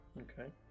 okay